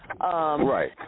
Right